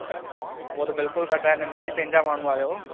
उहो त बिल्कुलु कढाए ॾींदासीं पंहिंजा माण्हूं आहियो